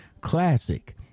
Classic